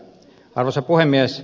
arvoisa puhemies